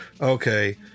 Okay